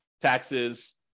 taxes